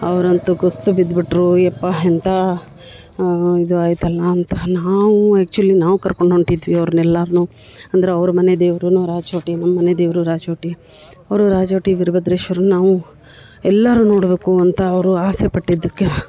ಅವ್ರು ಅಂತೂ ಕುಸ್ದು ಬಿದ್ದುಬಿಟ್ರು ಅಯ್ಯಪ್ಪ ಎಂಥ ಇದು ಆಯಿತಲ್ಲ ಅಂತ ನಾವು ಆ್ಯಕ್ಚುಲಿ ನಾವು ಕರ್ಕೊಂಡು ಹೊಂಟಿದ್ವಿ ಅವ್ರ್ನ ಎಲ್ಲರ್ನೂ ಅಂದರೆ ಅವ್ರ ಮನೆ ದೇವ್ರೂ ರಾಜೋಟಿ ನಮ್ಮ ಮನೆ ದೇವರು ರಾಜೋಟಿ ಅವರು ರಾಜೋಟಿ ವೀರಭದ್ರೇಶ್ವರ ನಾವು ಎಲ್ಲರೂ ನೋಡಬೇಕು ಅಂತ ಅವರು ಆಸೆ ಪಟ್ಟಿದ್ದಕ್ಕೆ